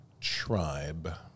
tribe